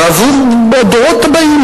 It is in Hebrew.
ועבור הדורות הבאים,